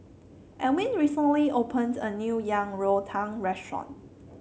Ewell recently opened a new Yang Rou Tang restaurant